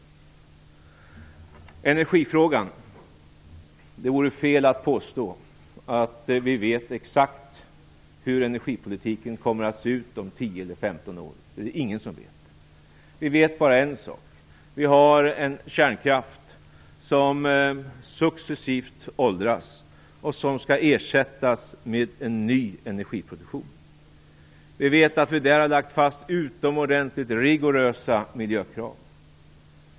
När det gäller energifrågan vore det fel att påstå att vi vet exakt hur energipolitiken kommer att se ut om 10 eller 15 år. Det är det ingen som vet. Vi vet bara en sak: Vi har en kärnkraft som successivt åldras och som skall ersättas med en ny energiproduktion. Vi vet att vi har lagt fast utomordentligt rigorösa miljökrav.